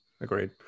agreed